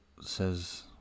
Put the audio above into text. says